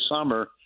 summer